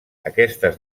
aquestes